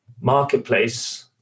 marketplace